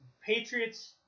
Patriots